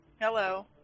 Hello